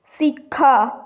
ଶିଖ